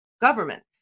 government